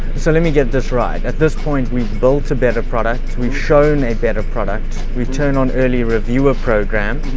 so let me get this right at this point. we've built a better product, we've shown a better product, we turn on early reviewer program,